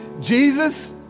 Jesus